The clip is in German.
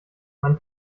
man